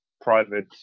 private